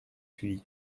suivi